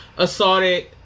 assaulted